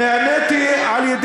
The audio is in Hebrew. ממדרים אותך, הא?